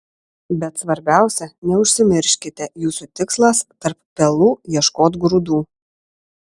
bet svarbiausia neužsimirškite jūsų tikslas tarp pelų ieškot grūdų